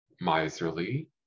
miserly